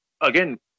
again